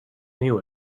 knew